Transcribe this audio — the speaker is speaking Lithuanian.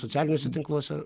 socialiniuose tinkluose